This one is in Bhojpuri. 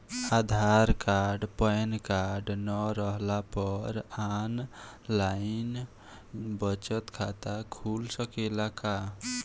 आधार कार्ड पेनकार्ड न रहला पर आन लाइन बचत खाता खुल सकेला का?